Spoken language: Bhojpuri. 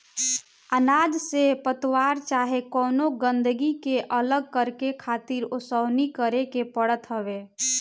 अनाज से पतवार चाहे कवनो गंदगी के अलग करके खातिर ओसवनी करे के पड़त हवे